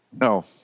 No